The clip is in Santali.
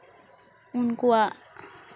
ᱩᱱᱠᱩᱣᱟᱜ